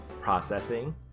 processing